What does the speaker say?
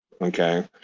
okay